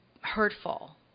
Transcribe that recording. hurtful